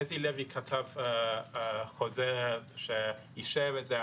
חזי לוי כתב את החוזה, שאישר את זה.